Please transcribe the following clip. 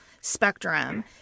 spectrum